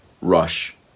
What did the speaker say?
rush